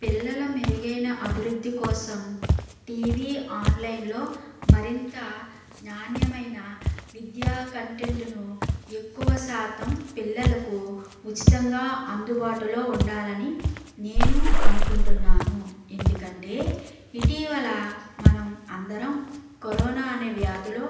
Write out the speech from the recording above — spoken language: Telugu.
పిల్లల మెరుగైన అభివృద్ధి కోసం టీవీ ఆన్లైన్లో మరింత నాణ్యమైన విద్యా కంటెంట్ను ఎక్కువ శాతం పిల్లలకు ఉచితంగా అందుబాటులో ఉండాలని నేను అనుకుంటున్నాను ఎందుకంటే ఇటీవల మనం అందరం కరోనా అనే వ్యాధులో